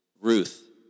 Ruth